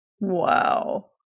Wow